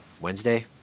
Wednesday